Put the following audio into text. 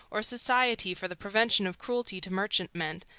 or society for the prevention of cruelty to merchantmen,